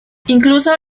incluso